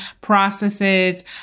processes